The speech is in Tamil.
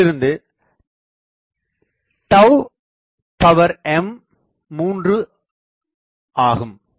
இதிலிருந்து m 3 ஆகும்